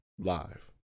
Live